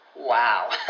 Wow